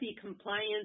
compliance